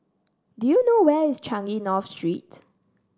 do you know where is Changi North Street